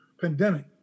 pandemic